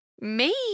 Me